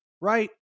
right